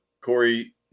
Corey